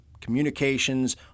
communications